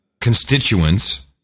constituents